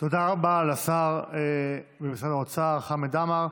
תודה רבה לשר במשרד האוצר חמד עמאר.